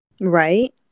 Right